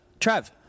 Trav